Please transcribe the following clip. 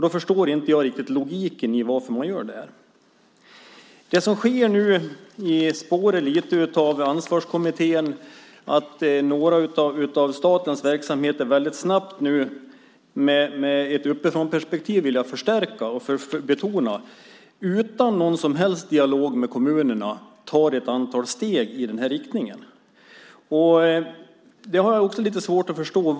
Då förstår inte jag riktigt logiken i att man gör det här. Det som nu sker lite i spåren av Ansvarskommittén är att några av statens verksamheter väldigt snabbt tar ett antal steg i den här riktningen. Det sker med ett uppifrånperspektiv - det vill jag förstärka och betona - utan att man har haft någon som helst dialog med kommunerna. Det har jag också lite svårt att förstå.